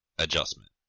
adjustment